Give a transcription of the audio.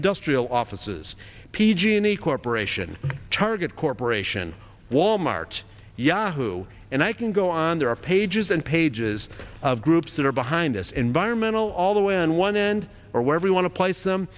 industrial offices p g and e corp target corporation wal mart yahoo and i can go on there are pages and pages of groups that are behind us environmental all the way on one end or wherever you want to pla